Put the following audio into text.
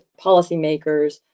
policymakers